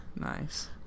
Nice